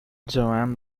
joanne